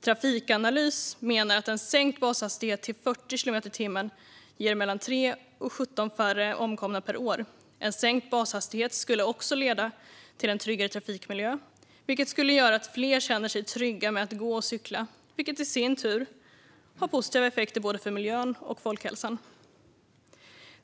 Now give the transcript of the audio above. Trafikanalys menar att en sänkt bashastighet till 40 kilometer i timmen ger 3-17 färre omkomna per år. En sänkt bashastighet skulle också leda till en tryggare trafikmiljö, vilket skulle göra att fler känner sig trygga med att gå och cykla. Det skulle i sin tur ha positiva effekter för både miljön och folkhälsan.